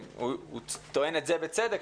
ובצדק,